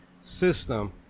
system